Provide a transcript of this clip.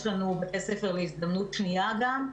יש לנו בתי ספר להזדמנות שנייה גם.